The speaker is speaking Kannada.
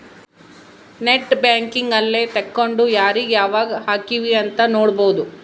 ನೆಟ್ ಬ್ಯಾಂಕಿಂಗ್ ಅಲ್ಲೆ ತೆಕ್ಕೊಂಡು ಯಾರೀಗ ಯಾವಾಗ ಹಕಿವ್ ಅಂತ ನೋಡ್ಬೊದು